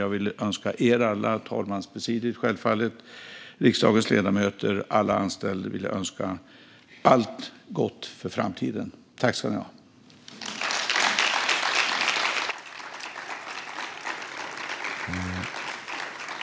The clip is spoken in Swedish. Jag vill önska er alla - talmanspresidiet, självfallet, riksdagens ledamöter och alla anställda - allt gott inför framtiden. Tack ska ni ha!